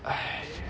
!haiya!